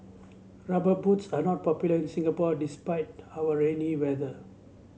rubber boots are not popular in Singapore despite our rainy weather